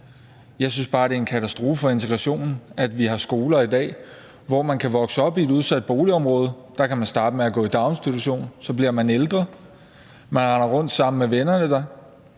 Jeg synes bare, det er en katastrofe for integrationen, at vi har skoler i dag, der kun har børn, der vokser op i et udsat boligområde. Der kan man starte med at gå i daginstitution. Så bliver man ældre, og man render rundt sammen med vennerne derfra;